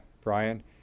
Brian